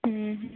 ହୁଁ ହୁଁ